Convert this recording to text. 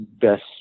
best